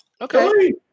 Okay